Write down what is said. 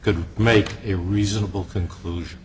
could make a reasonable conclusion